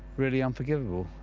really unforgivable.